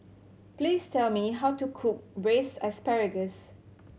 please tell me how to cook Braised Asparagus